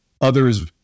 others